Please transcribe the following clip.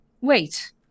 Wait